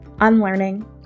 unlearning